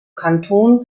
kanton